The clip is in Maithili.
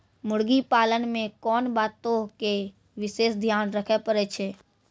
मुर्गी पालन मे कोंन बातो के विशेष ध्यान रखे पड़ै छै?